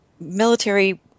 military